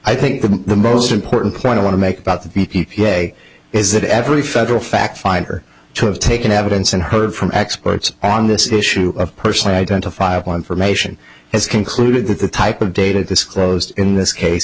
i think the most important point i want to make about the day is that every federal fact finder to have taken evidence and heard from experts on this issue personally identifiable information has concluded that the type of data disclosed in this case